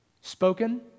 spoken